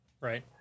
right